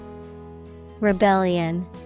Rebellion